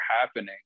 happening